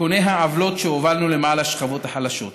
בתיקוני העוולות שהובלנו למען השכבות החלשות.